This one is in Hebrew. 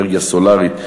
אנרגיה סולרית,